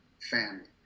family